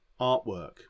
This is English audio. artwork